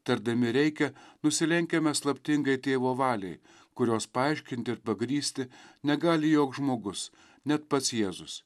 tardami reikia nusilenkiame slaptingai tėvo valiai kurios paaiškinti ir pagrįsti negali joks žmogus net pats jėzus